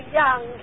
young